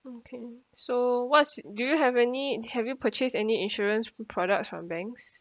okay so what's do you have any have you purchased any insurance products from banks